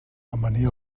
amanir